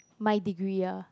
my degree ah